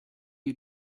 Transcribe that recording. you